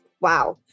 Wow